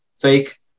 fake